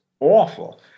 Awful